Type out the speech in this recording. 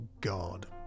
God